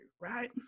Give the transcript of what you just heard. right